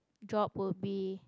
job will be